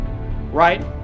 right